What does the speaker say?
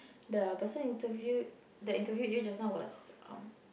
the person interview the interview you just now was